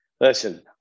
listen